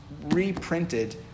reprinted